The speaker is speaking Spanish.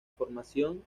formación